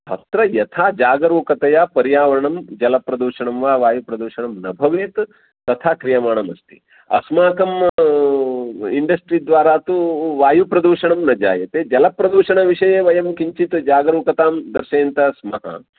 अत्र यथा जागरूकतया पर्यावरणं जलप्रदूषणं वा वायुप्रदूषणं न भवेत् तथा क्रियमाणमस्ति अस्माकम् इन्डस्ट्रिद्वारा तु वायुप्रदूषणं जनयते जलप्रदूषणविषये वयं किञ्चित् जागरूकतां दर्शयन्तः स्मः